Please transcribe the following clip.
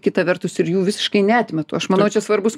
kita vertus ir jų visiškai neatmetu aš manau čia svarbus